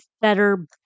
Better